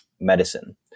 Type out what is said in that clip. medicine